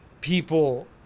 people